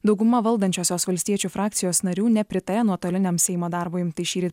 dauguma valdančiosios valstiečių frakcijos narių nepritaria nuotoliniam seimo darbui tai šįryt